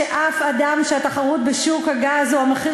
שאף אחד שהתחרות בשוק הגז או המחיר